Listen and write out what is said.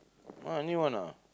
uh new one ah